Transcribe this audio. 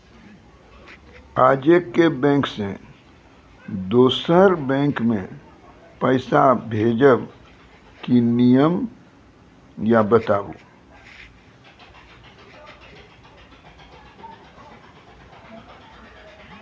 आजे के बैंक से दोसर बैंक मे पैसा भेज ब की नियम या बताबू?